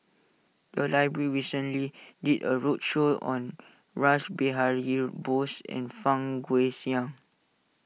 the library recently did a roadshow on Rash Behari Bose and Fang Guixiang